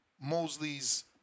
Mosley's